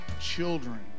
children